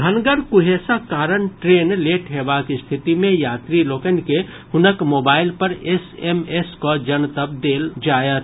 घनगर कुहेसक कारण ट्रेन लेट हेबाक स्थिति मे यात्री लोकनि के हुनक मोबाईल पर एसएमएस कऽ जनतब देल जायत